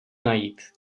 najít